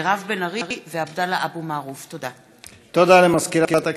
מירב בן ארי ועבדאללה אבו מערוף בנושא: השפעות